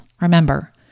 Remember